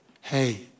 hey